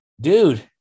dude